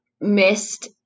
missed